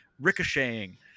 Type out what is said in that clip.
ricocheting